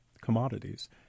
commodities